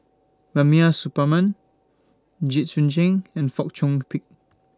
Rubiah Suparman Jit Ch'ng and Fong Chong Pik